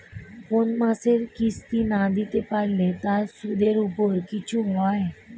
কোন মাসের কিস্তি না দিতে পারলে তার সুদের উপর কিছু হয়?